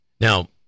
Now